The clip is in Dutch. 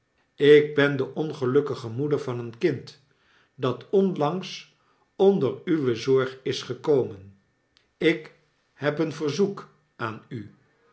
ik ben de ongelukkige moeder van een kind dat onlangs onder uwe zorgisgekomen ikheb een verzoek aan u